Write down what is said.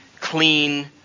clean